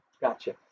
Gotcha